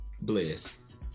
Bliss